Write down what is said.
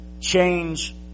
change